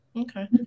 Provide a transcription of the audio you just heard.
Okay